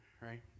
right